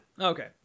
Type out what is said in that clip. Okay